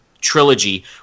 trilogy